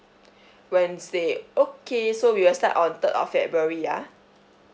wednesday okay so we will start on third of february ya